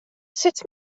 sut